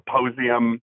symposium